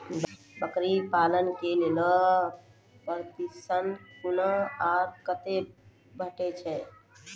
बकरी पालन के लेल प्रशिक्षण कूना आर कते भेटैत छै?